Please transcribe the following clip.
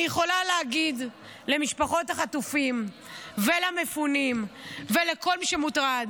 אני יכולה להגיד למשפחות החטופים ולמפונים ולכל מי שמוטרד: